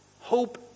Hope